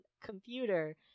computer